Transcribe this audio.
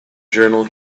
journal